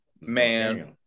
man